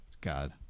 God